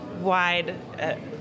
wide